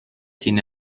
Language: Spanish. sin